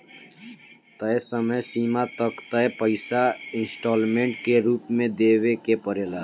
तय समय सीमा तक तय पइसा इंस्टॉलमेंट के रूप में देवे के पड़ेला